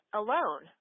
alone